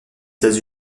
états